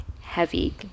heavy